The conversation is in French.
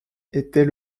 était